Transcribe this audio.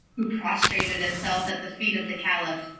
who prostrated himself at the feet of the caliph.